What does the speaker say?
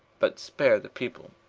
but spare the people.